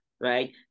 right